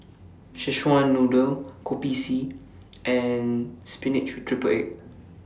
Szechuan Noodle Kopi C and Spinach with Triple Egg